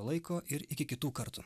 laiko ir iki kitų kartu